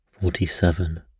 Forty-seven